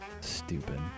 Stupid